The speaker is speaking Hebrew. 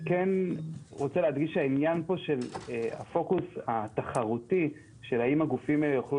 אני מדגיש שהעניין של הפוקוס התחרותי של האדם הגופים יוכלו